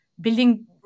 building